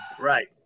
Right